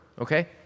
okay